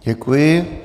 Děkuji.